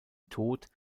tod